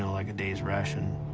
like a day's ration,